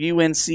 UNC